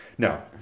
No